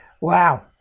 wow